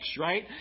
right